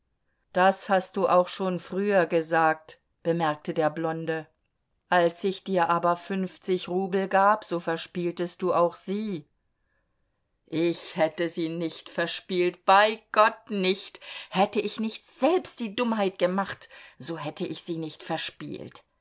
das hast du auch schon früher gesagt bemerkte der blonde als ich dir aber fünfzig rubel gab so verspieltest du auch sie ich hätte sie nicht verspielt bei gott nicht hätte ich nicht selbst die dummheit gemacht so hätte ich sie nicht verspielt